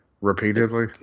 Repeatedly